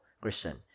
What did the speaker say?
Christian